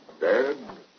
dead